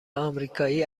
آمریکایی